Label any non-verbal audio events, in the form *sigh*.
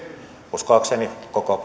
uskoakseni koko *unintelligible*